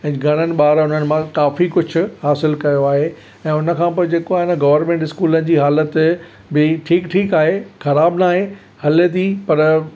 ऐं घणनि ॿारनि उन्हनि मां काफी कुझु हासिलु कयो आहे ऐं हुन खां पोइ जेको आहे न गवर्नमेन्ट स्कूल जी हालत बि ठीकु ठीकु आहे खराबु न आहे हले थी पर